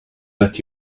let